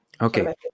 Okay